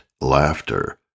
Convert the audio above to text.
laughter